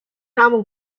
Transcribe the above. همون